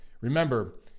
Remember